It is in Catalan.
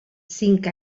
cinc